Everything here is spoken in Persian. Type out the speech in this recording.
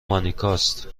مانیکاست